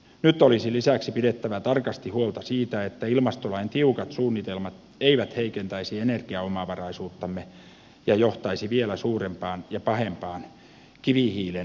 nyt olisi lisäksi pidettävä tarkasti huolta siitä että ilmastolain tiukat suunnitelmat eivät heikentäisi energiaomavaraisuuttamme ja johtaisi vielä suurempaan ja pahempaan kivihiilen vyöryyn maahamme